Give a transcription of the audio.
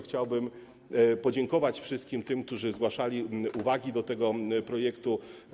Chciałbym też podziękować wszystkim tym, którzy zgłaszali uwagi do tego projektu.